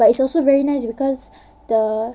but it's also very nice because the